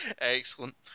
Excellent